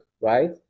right